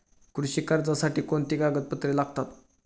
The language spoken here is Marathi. कृषी कर्जासाठी कोणती कागदपत्रे लागतात?